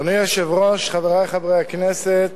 אדוני היושב-ראש, חברי חברי הכנסת,